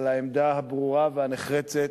על העמדה הברורה והנחרצת